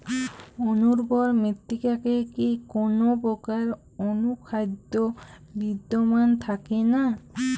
অনুর্বর মৃত্তিকাতে কি কোনো প্রকার অনুখাদ্য বিদ্যমান থাকে না?